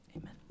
amen